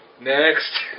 Next